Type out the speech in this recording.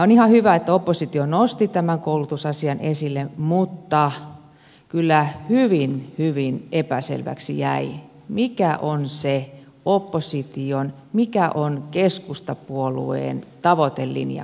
on ihan hyvä että oppositio nosti tämän koulutusasian esille mutta kyllä hyvin hyvin epäselväksi jäi mikä on opposition mikä on keskustapuolueen koulutuspoliittinen tavoitelinja